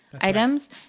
items